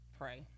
pray